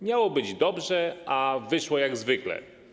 Miało być dobrze, a wyszło jak zwykle.